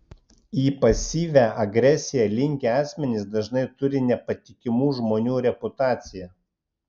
į pasyvią agresiją linkę asmenys dažnai turi nepatikimų žmonių reputaciją